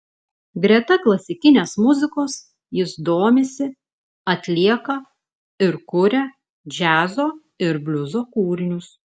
greta klasikinės muzikos jis domisi atlieka ir kuria džiazo ir bliuzo kūrinius